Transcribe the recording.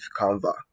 Canva